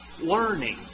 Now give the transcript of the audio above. learning